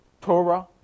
Torah